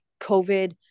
COVID